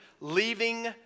leaving